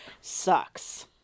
sucks